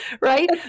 Right